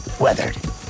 weathered